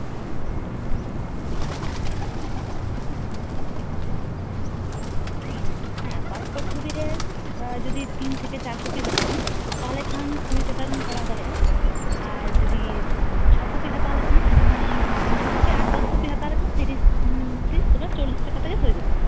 ᱦᱮᱸ ᱯᱟᱥᱯᱳᱨᱴ ᱪᱷᱚᱵᱤ ᱨᱮ ᱡᱩᱫᱤ ᱛᱤᱱ ᱛᱷᱮᱠᱮ ᱪᱟᱨ ᱠᱚᱯᱤ ᱦᱟᱛᱟᱣᱟᱢ ᱛᱟᱦᱞᱮᱠᱷᱱ ᱠᱩᱲᱤ ᱴᱟᱠᱟ ᱜᱟᱱ ᱯᱟᱲᱟᱣ ᱫᱟᱲᱮᱭᱟᱜᱼᱟ ᱟᱨ ᱡᱩᱫᱤ ᱪᱷᱚ ᱠᱚᱯᱤ ᱦᱟᱛᱟᱣ ᱞᱮᱠᱷᱟᱱ ᱮᱸᱰᱮ ᱠᱷᱟᱱ ᱪᱷᱚ ᱛᱷᱮᱠᱮ ᱟᱴ ᱫᱚᱥ ᱠᱚᱯᱤ ᱦᱟᱛᱟᱣ ᱞᱮᱠᱷᱟᱱ ᱛᱤᱨᱤᱥ ᱫᱚ ᱵᱟᱝ ᱪᱚᱞᱞᱤᱥ ᱴᱟᱠᱟ ᱛᱮᱜᱮ ᱦᱩᱭ ᱜᱚᱫᱚᱜᱼᱟ